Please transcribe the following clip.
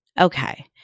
Okay